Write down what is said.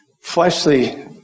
fleshly